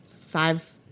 five